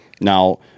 Now